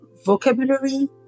vocabulary